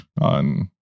on